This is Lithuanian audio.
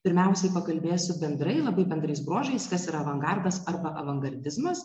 pirmiausiai pakalbėsiu bendrai labai bendrais bruožais kas yra avangardas arba avangardizmas